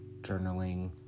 Journaling